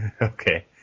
okay